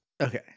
Okay